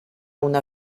una